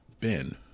Ben